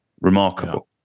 Remarkable